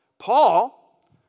Paul